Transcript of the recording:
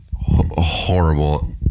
horrible